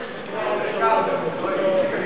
שמעתי אותה מדברת על האתונות.